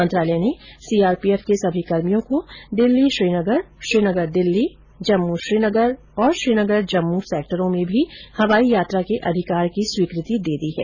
मंत्रालय ने सीआरपीएफ के सभी कर्मियों को दिल्ली श्रीनगर श्रीनगर दिल्ली जम्मू श्रीनगर और श्रीनगर जम्मू सेक्टरों में भी हवाई यात्रा के अधिकार की स्वीकृति दे दी है